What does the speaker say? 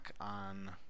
on